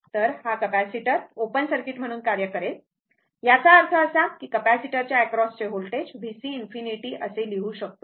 तर हा capacitor open circuit म्हणून कार्य करेल याचा अर्थ असा की कॅपेसिटरच्या अक्रॉस चे व्होल्टेज VC∞ असे लिहू शकतो